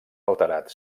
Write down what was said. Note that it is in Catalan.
alterat